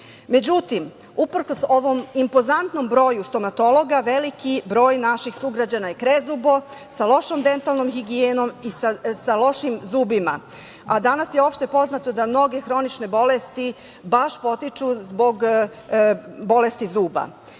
državi.Međutim, uprkos ovom impozantnom broju stomatologa veliki broj naših sugrađana je krezubo, sa lošom dentalnom higijenom i sa lošim zubima, a danas je opšte poznato da mnoge hronične bolesti baš potiču zbog bolesti